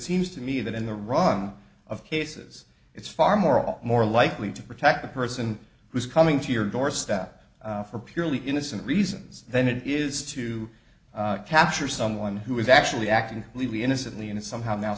seems to me that in the run of cases it's far more or more likely to protect a person who's coming to your doorstep for purely innocent reasons than it is to capture someone who is actually acting illegally innocently and somehow now